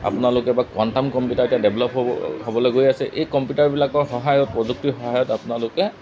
আপোনালোকে বা quantum computer এতিয়া ডেভলপ হ'ব হ'বলৈ গৈ আছে এই কম্পিউটাৰবিলাকৰ সহায়ত প্ৰযুক্তিৰ সহায়ত আপোনালোকে